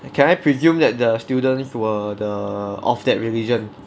can I presume that the students were the of that religion